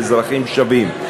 כאל אזרחים שווים.